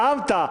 עופר, נאמת.